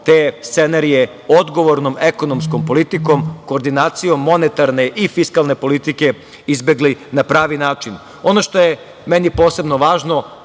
te scenarije, odgovornom ekonomskom politikom, koordinacijom monetarne i fiskalne politike, izbegli na pravi način. Ono što je meni posebno važno,